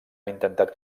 intentat